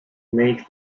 make